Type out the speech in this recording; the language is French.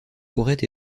pourrait